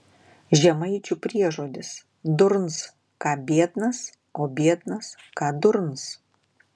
žemaičių priežodis durns ką biednas o biednas ką durns